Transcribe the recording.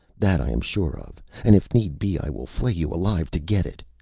that i am sure of. and if need be, i will flay you alive to get it!